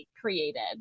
created